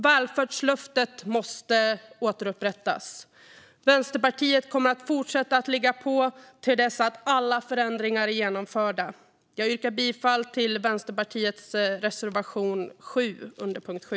Välfärdslöftet måste återupprättas. Vänsterpartiet kommer att fortsätta ligga på till dess att alla förändringar är genomförda. Jag yrkar bifall till Vänsterpartiets reservation 7 under punkt 7.